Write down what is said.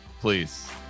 please